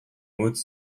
motte